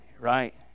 right